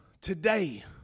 Today